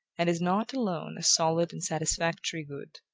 and is not alone a solid and satisfactory good.